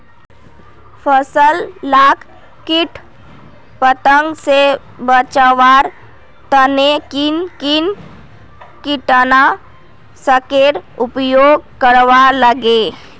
फसल लाक किट पतंग से बचवार तने किन किन कीटनाशकेर उपयोग करवार लगे?